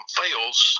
fails